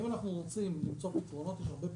אם אנחנו רוצים למצוא פתרונות יש הרבה פתרונות.